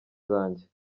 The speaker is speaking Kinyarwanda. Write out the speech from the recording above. zanjye